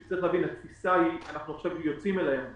אנחנו עכשיו יוצאים אל הים,